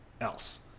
else